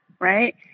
right